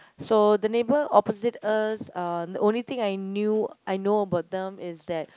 so the neighbour opposite us uh the only thing I knew I know about them is that